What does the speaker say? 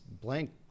blank